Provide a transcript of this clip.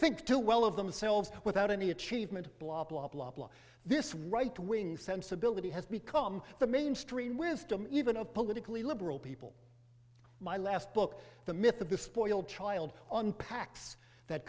think too well of themselves without any achievement blah blah blah blah this right wing sensibility has become the mainstream wisdom even of politically liberal people my last book the myth of the spoiled child unpacks that